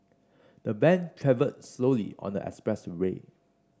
the van travelled slowly on the expressway